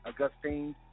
Augustine